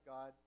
God